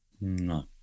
no